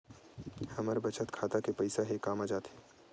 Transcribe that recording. हमर बचत खाता के पईसा हे कामा जाथे?